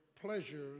pleasures